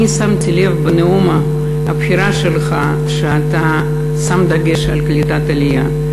אני שמתי לב בנאום הבכורה שלך שאתה שם דגש על קליטת עלייה.